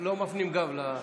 לא מפנים גב.